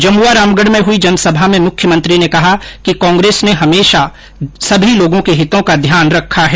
जमवारामगढ में हुई जनसभा में मुख्यमंत्री ने कहा कि कांग्रेस ने हमेषा सभी लोगों के हितों का ध्यान रखा है